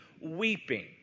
weeping